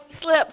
slip